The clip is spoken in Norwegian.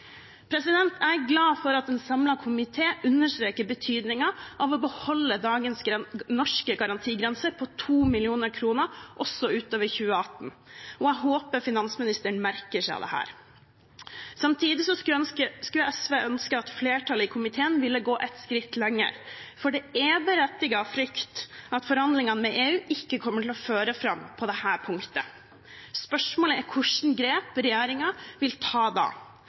Jeg er glad for at en samlet komité understreker betydningen av å beholde dagens norske garantigrense på 2 mill. kr, også utover 2018, og jeg håper finansministeren merker seg dette. Samtidig skulle SV ønske at flertallet i komiteen ville gå et skritt lenger, for det er berettiget frykt for at forhandlingene med EU ikke kommer til å føre fram på dette punktet. Spørsmålet er hvilke grep regjeringen da vil ta.